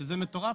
שזה מטורף.